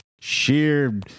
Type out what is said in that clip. sheer